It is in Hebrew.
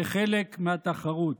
כחלק מהתחרות.